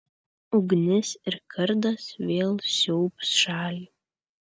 ugnis ir kardas vėl siaubs šalį